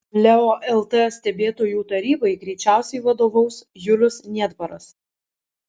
leo lt stebėtojų tarybai greičiausiai vadovaus julius niedvaras